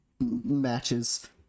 matches